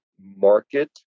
market